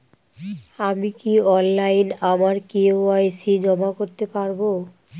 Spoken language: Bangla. আমি কি অনলাইন আমার কে.ওয়াই.সি জমা করতে পারব?